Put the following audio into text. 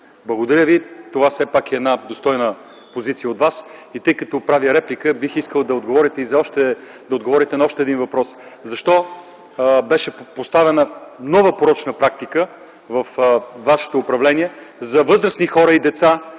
Благодаря Ви – това все пак е една достойна позиция. Тъй като правя реплика, бих искал да отговорите на още един въпрос: защо беше поставена нова порочна практика във вашето управление – за възрастни хора и деца